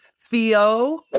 Theo